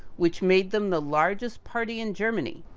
which made them the largest party in germany.